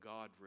God